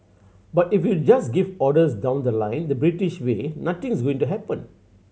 but if you just give orders down the line the British way nothing's going to happen